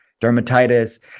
dermatitis